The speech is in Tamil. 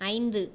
ஐந்து